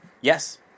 yes